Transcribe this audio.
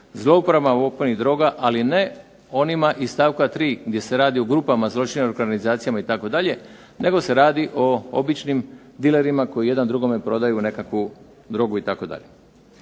zlouporabama opojnih droga, ali ne onima iz stavka 3. gdje se radi o grupama, …/Ne razumije se./… organizacijama itd., nego se radi o običnim dilerima koji jedan drugome prodaju nekakvu drogu itd.